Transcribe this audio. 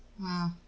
Wow